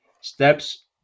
Steps